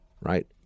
right